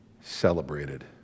celebrated